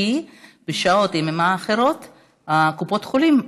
כי בשעות היממה האחרות קופות החולים פתוחות,